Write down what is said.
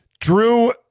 Drew